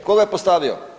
Tko ga je postavio?